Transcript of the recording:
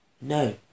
no